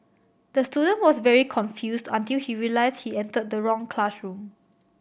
the student was very confused until he realised he entered the wrong classroom